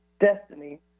destiny